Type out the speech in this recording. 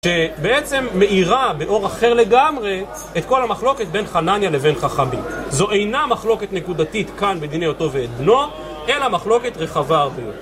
שבעצם מאירה באור אחר לגמרי את כל המחלוקת בין חנניה לבין חכמים. זו אינה מחלוקת נקודתית כאן בדיני אותו ואת בנו, אלא מחלוקת רחבה הרבה יותר.